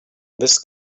this